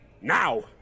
now